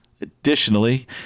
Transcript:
Additionally